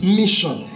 mission